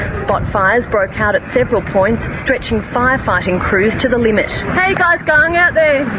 spot fires broke out at several points, stretching fire fighting crews to the limit. how are you guys going out there?